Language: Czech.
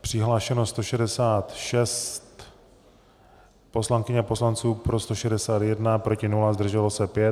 Přihlášeno 166 poslankyň a poslanců, pro 161, proti nula, zdrželo se 5.